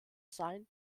sein